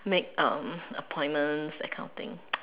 make um appointments that kind of thing